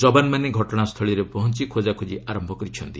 ଯବାନମାନେ ଘଟଣାସ୍ଥଳରେ ପହଞ୍ଚ ଖୋକାଖୋକି ଆରମ୍ଭ କରିଛନ୍ତି